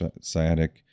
sciatic